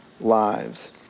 lives